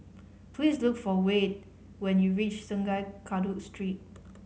please look for Wayde when you reach Sungei Kadut Street